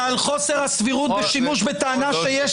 זה על חוסר הסבירות בשימוש בטענה שיש